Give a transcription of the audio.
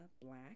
Black